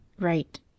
Right